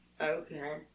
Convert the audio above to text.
Okay